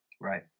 Right